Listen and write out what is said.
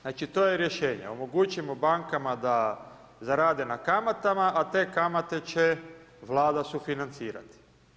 Znači to je rješenje, omogućimo bankama, da zarade na kamatama, a te kamate će Vlada sufinancirati.